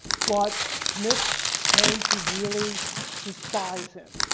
but smith came too really despise him.